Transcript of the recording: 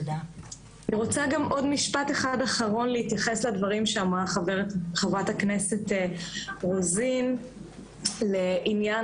אני רוצה להתייחס לדבריה של חברת הכנסת רוזין לעניין